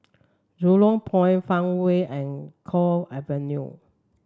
Jurong Point Farmway and Cove Avenue